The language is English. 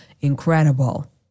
incredible